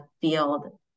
field